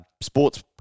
sports